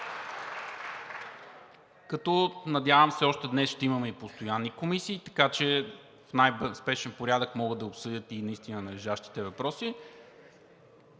като, надявам се, още днес ще имаме и постоянни комисии, така че в най-спешен порядък могат да обсъдят наистина належащите въпроси